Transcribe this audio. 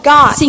God